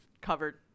covered